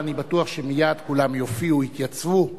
אבל אני בטוח שמייד כולם יופיעו ויתייצבו,